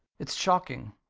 it's shocking.